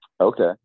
okay